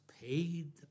paid